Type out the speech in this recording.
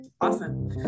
Awesome